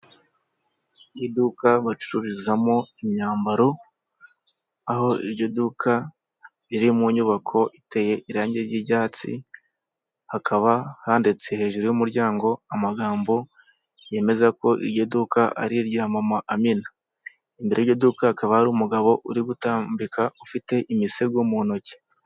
Iduka bacururizamo imyambaro aho iryo duka riri mu nyubako iteye irange ry'icyatsi, hakaba handitse hejuru y'umuryango amagambo yemeza ko iryo duka ari irya mama Amina, imbere y'iryo duka hakaba hari umugabo uri gutambika ufite imisego mu ntoki.